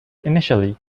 initially